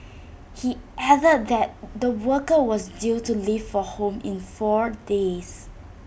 he added that the worker was due to leave for home in four days